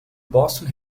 boston